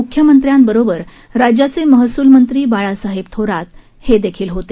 मुख्यमंत्र्यांसमवेत राज्याचे महसूलमंत्री बाळासाहेब थोरात हेही होते